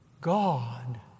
God